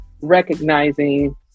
recognizing